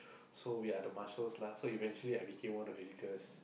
so we are the marshals lah so eventually I became one of the leaders